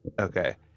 Okay